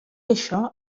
això